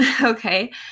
Okay